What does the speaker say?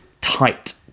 tight